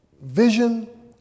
vision